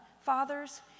fathers